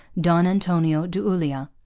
don antonio de ulloa,